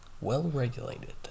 Well-regulated